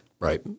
Right